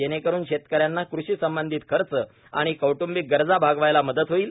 जेणेकरून शेतकऱ्यांना कृषी संबंधित खर्च आणि कौट्बिक गरजा भागवायला मदत होईल